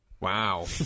Wow